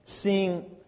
seeing